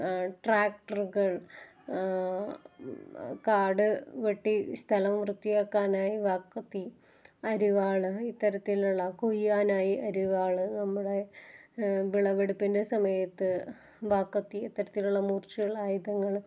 ട്രാക്റ്ററുകൾ കാട് വെട്ടി സ്ഥലം വൃത്തിയാക്കാനായി വാക്കത്തി അരിവാള് ഇത്തരത്തിലുള്ള കൊയ്യാനായി അരിവാള് നമ്മുടെ വിളവെടുപ്പിൻ്റെ സമയത്ത് വാക്കത്തി ഇത്തരത്തിലുള്ള മൂർച്ചയുള്ള ആയുധങ്ങള്